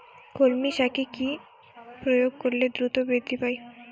কলমি শাকে কি প্রয়োগ করলে দ্রুত বৃদ্ধি পায়?